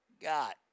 got